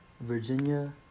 Virginia